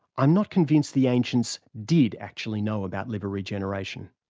i'm not convinced the ancients did actually know about liver regeneration.